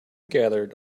gathered